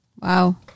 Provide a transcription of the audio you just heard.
Wow